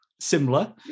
similar